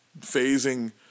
phasing